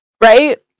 right